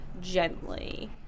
gently